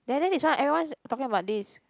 there there this one everyone is talking about this